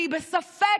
אני בספק,